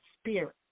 spirit